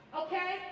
okay